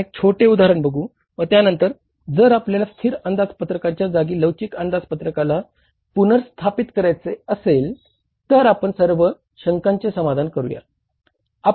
आपण लवचिक बजेटसाठी कसे जाऊ